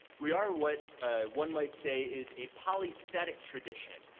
we are what one might say is a polythetic tradition.